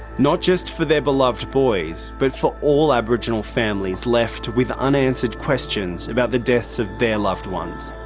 not just for their beloved boys but for all aboriginal families left with unanswered questions about the deaths of their loved ones.